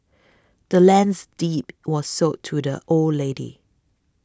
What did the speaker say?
the land's deed was sold to the old lady